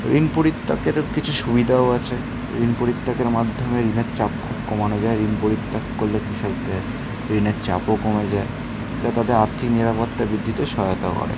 ঋণ পরিত্যাগের কিছু সুবিধাও আছে ঋণ পরিত্যাগের মাধ্যমে ঋণের চাপ খুব কমানো যায় ঋণ পরিত্যাগ করলে কৃষকদের ঋণের চাপও কমে যায় যা তাদের আর্থিক নিরাপত্তা বৃদ্ধিতে সহায়তা করে